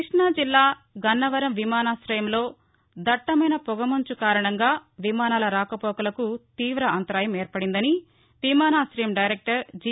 క్బష్టాజిల్లా గన్నవరం విమానాశయంలో దట్టమైన పొగమంచు కారణంగా విమానాల రాకపోకలకు తీవ అంతరాయం ఏర్పడిందని విమానాశయం డైరెక్టర్ జి